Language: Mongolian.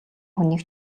хүнийг